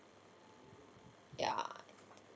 ya